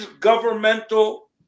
governmental